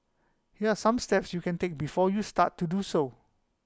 here are some steps you can take before you start to do so